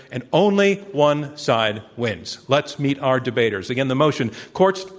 and only one side wins. let's meet our debaters. again, the motion, courts,